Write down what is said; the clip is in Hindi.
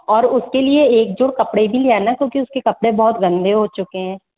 और उसके लिए एक जोड़ कपड़े भी लिया है ना क्योंकि उसके कपड़े बहुत गंदे हो चुके हैं